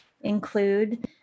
include